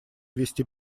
вести